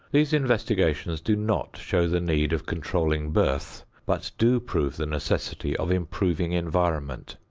these investigations do not show the need of controlling birth but do prove the necessity of improving environment.